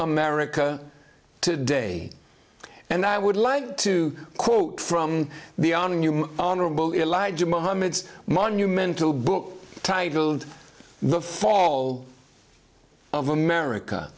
america today and i would like to quote from beyond human honorable elijah mohammed's monumental book titled the fall of america